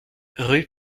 rue